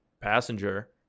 passenger